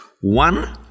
One